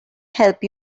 help